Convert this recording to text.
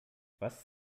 was